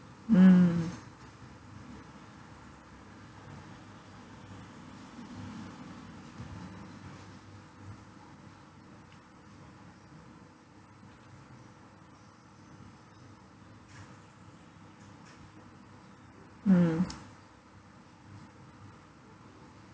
mm mm